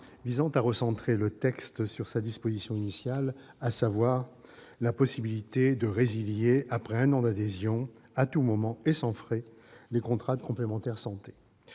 la proposition de loi sur sa disposition initiale : la possibilité de résilier après un an d'adhésion, à tout moment et sans frais, les contrats de complémentaire santé.